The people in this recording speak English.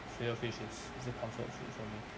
filet-O-fish is is a comfort food for me